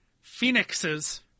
Phoenixes